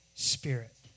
Spirit